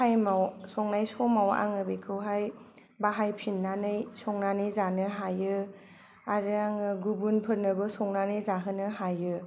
थायेमाव संनाय समाव आङो बिखौहाय बाहायफिननानै संनानै जानो हायो आरो आङो गुबुनफोरनोबो संनानै जाहोनो हायो